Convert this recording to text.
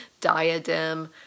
diadem